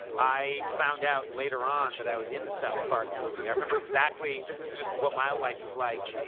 i found out later on that i was in the south park movie. i remember exactly this is just what my life is like.